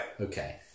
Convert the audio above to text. Okay